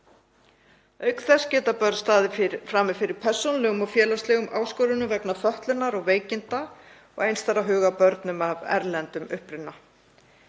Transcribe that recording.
Auk þess geta börn staðið frammi fyrir persónulegum og félagslegum áskorunum vegna fötlunar og veikinda og eins þarf að huga að börnum af erlendum uppruna.